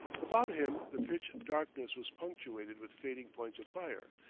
about him the pitch darkness was punctuated with fading points of fire,